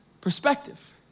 perspective